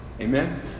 amen